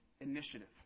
initiative